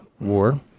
war